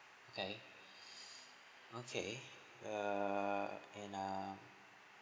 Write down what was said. okay okay err and ah